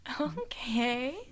okay